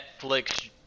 netflix